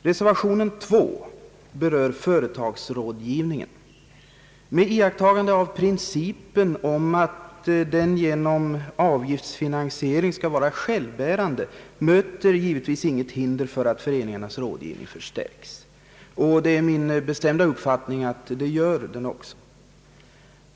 Reservationen 2 berör företagsrådgivningen. Med iakttagande av principen om att den genom avgiftsfinansiering skall vara självbärande möter givetvis inget hinder för att föreningarnas rådgivning förstärks, och det är min bestämda uppfattning att så också sker.